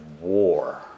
war